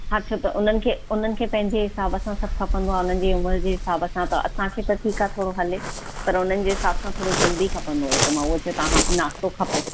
अच्छा त उन्हनि खे उन्हनि खे पंहिंजे हिसाब सां सभु खपंदो आहे उन्हनि जे उमिरि जे हिसाब सां त असांखे त ठीकु आहे थोरो हले पर हुननि जे हिसाब सां थोरो जल्दी खपंदो हुयो त मां उहो चयो तव्हांखां नास्तो खपे